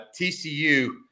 TCU